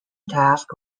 task